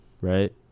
right